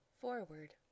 Forward